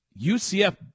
UCF